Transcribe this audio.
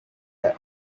were